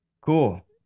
Cool